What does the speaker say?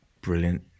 Brilliant